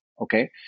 Okay